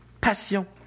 Passion